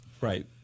Right